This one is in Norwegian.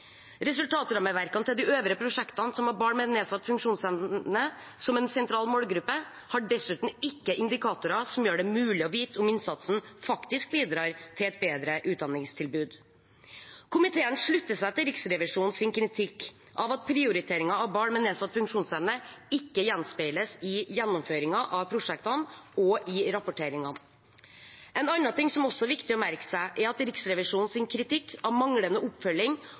Resultatrammeverkene til de øvrige prosjektene som har barn med nedsatt funksjonsevne som en sentral målgruppe, har dessuten ikke indikatorer som gjør det mulig å vite om innsatsen faktisk bidrar til et bedre utdanningstilbud. Komiteen slutter seg til Riksrevisjonens kritikk av at prioriteringen av barn med nedsatt funksjonsevne ikke gjenspeiles i gjennomføringen av prosjektene og i rapporteringene. En annen ting som er viktig å merke seg, er Riksrevisjonens kritikk av manglende oppfølging